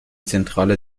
zentrale